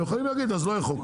הם יכולים להגיד, ולא יהיה חוק.